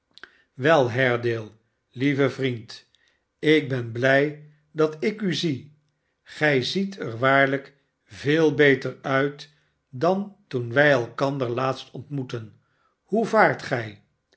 wel haredale lieve vriend ik ben blij dat ik u zie gij ziet er waarlijk veel beter uit dan toen wij elkander laatst ontmoetten hoe vaart gij